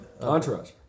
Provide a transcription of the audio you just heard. Entourage